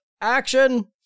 action